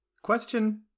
Question